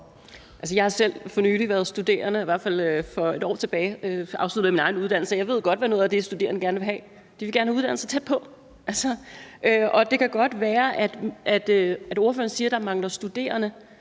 Jeg har selv for nylig været studerende og afsluttede for et år tilbage min egen uddannelse, og jeg ved godt, hvad det er, de studerende gerne vil have. De vil gerne have uddannelser, der ligger tæt på. Det kan godt være, at ordføreren siger, at der mangler studerende,